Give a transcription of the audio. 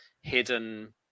hidden